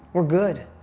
we're good.